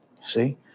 See